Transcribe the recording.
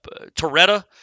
Toretta